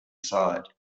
side